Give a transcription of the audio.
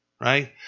Right